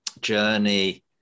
journey